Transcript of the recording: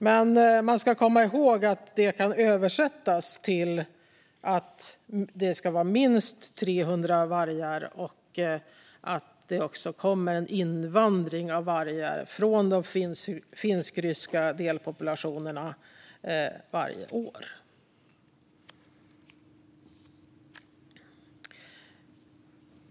Man ska också komma ihåg att detta kan översättas till att det ska vara minst 300 vargar och att det också kommer en invandring av vargar från de finskryska delpopulationerna varje år.